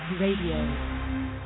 Radio